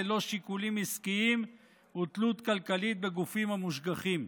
ללא שיקולים עסקיים ותלות כלכלית בגופים המושגחים.